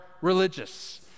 religious